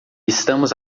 estamos